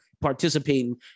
participating